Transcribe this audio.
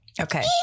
okay